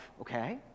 okay